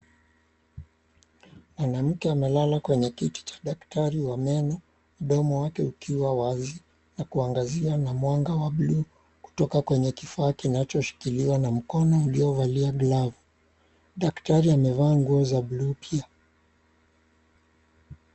Mwanamke amelala kwenye kiti cha daktari wa meno, mdomo wake ukiwa wazi na kuangaziwa na mwanga wa buluu kutoka kwenye kifaa kinachoshikiliwa na mkono uliovalia glavu. Daktari amevaa nguo za buluu pia.